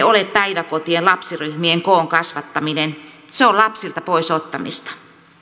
ole päiväkotien lapsiryhmien koon kasvattaminen se on lapsilta pois ottamista